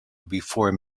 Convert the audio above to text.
before